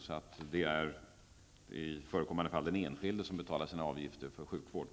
I förekommande fall är det således den enskilde som betalar sina avgifter för sjukvård.